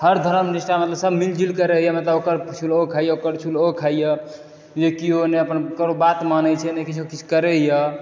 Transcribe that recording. हर धरम निष्ठा मतलब सब मिल जुलिके रहैया मतलब ओकर छूलि ओ खाइया ओकर छूलि ओ खाइया जेकि ओहिमे अपन ने केकरो बात मानै छै नहि किछो किछु करैया